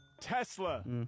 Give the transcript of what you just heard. Tesla